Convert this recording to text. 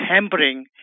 hampering